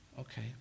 Okay